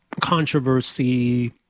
controversy